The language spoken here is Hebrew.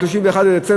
או 31 בדצמבר,